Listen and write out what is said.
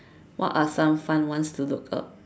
what are some fun ones to look up